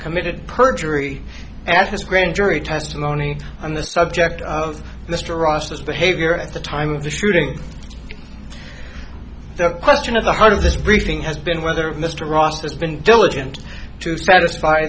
committed perjury as his grand jury testimony on the subject of mr ross his behavior at the time of the shooting the question of the heart of this briefing has been whether mr ross has been diligent to satisfy